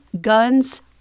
guns